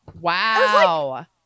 Wow